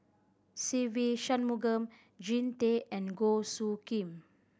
Se Ve Shanmugam Jean Tay and Goh Soo Khim